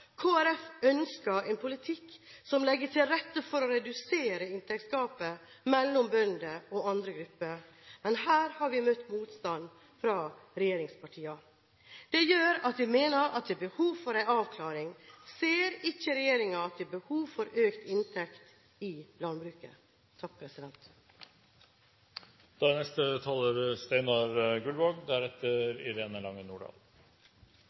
ønsker en politikk som legger til rette for å redusere inntektsgapet mellom bønder og andre grupper, men her har vi møtt motstand fra regjeringspartiene. Det gjør at vi mener det er behov for en avklaring. Ser ikke regjeringen at det er behov for økt inntekt i landbruket?